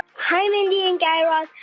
hi, mindy and guy raz.